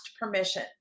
permission